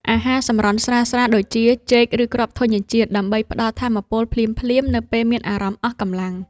អាហារសម្រន់ស្រាលៗដូចជា ចេក ឬគ្រាប់ធញ្ញជាតិ ដើម្បីផ្ដល់ថាមពលភ្លាមៗនៅពេលមានអារម្មណ៍អស់កម្លាំង។